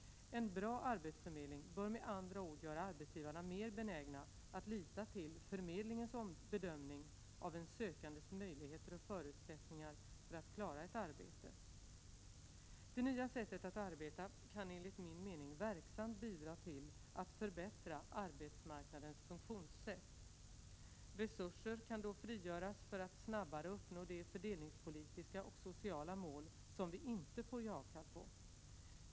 1987/88:30 bör med andra ord göra arbetsgivarna mer benägna att lita till förmedlingens 24 november 1987 bedömning av en sökandes möjligheter och förutsättningar för att klara ett Fe Om arbetsmarknadsarbete. k on Det nya sättet att arbeta kan enligt min mening verksamt bidra till att Er ve pe inriktning förbättra arbetsmarknadens funktionssätt. Resurser kan då frigöras för att snabbare uppnå de fördelningspolitiska och sociala mål som vi inte får ge avkall på.